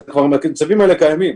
המצבים האלה קיימים.